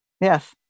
Yes